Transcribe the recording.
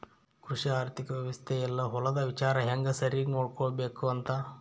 ಕೃಷಿ ಆರ್ಥಿಕ ವ್ಯವಸ್ತೆ ಯೆಲ್ಲ ಹೊಲದ ವಿಚಾರ ಹೆಂಗ ಸರಿಗ ನೋಡ್ಕೊಬೇಕ್ ಅಂತ